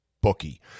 bookie